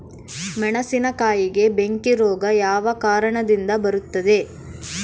ಮೆಣಸಿನಕಾಯಿಗೆ ಬೆಂಕಿ ರೋಗ ಯಾವ ಕಾರಣದಿಂದ ಬರುತ್ತದೆ?